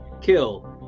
Kill